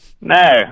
No